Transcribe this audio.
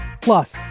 Plus